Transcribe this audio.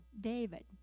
David